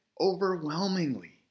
overwhelmingly